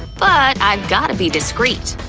but i've gotta be discreet.